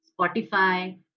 Spotify